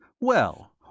-"Well